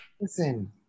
listen